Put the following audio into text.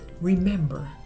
Remember